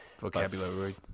vocabulary